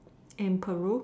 in Peru